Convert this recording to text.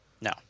No